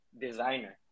designer